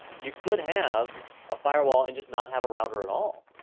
you could have a firewall and just not have a router at all,